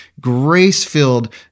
grace-filled